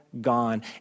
gone